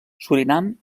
surinam